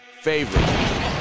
favorite